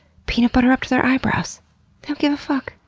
peanut butter up to their eyebrows! don't give a fuck!